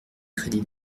crédits